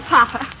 Papa